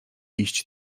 iść